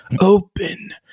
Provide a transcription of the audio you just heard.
open